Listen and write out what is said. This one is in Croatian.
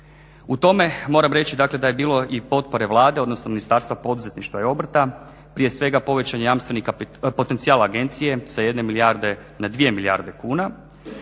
U tome moram reći da je bilo i potpore Vlade, odnosno Ministarstvo poduzetništva i obrta, prije svega povećan je jamstveni potencijal agencije sa 1 milijarde na 2 milijarde kuna,